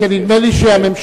שכן נדמה לי שהממשלה,